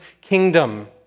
kingdom